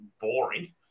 Boring